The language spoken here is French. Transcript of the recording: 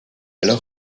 alors